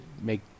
make